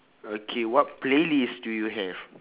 okay what playlist do you have